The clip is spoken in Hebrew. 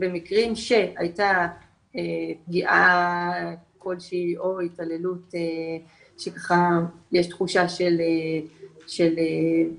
במקרים שהייתה פגיעה כלשהי או התעללות שככה יש תחושה של בעיה,